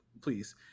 please